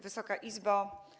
Wysoka Izbo!